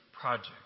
Project